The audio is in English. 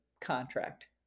contract